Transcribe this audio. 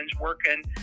working